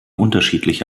unterschiedliche